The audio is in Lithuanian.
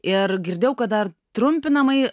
ir girdėjau kad dar trumpinamai